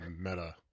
meta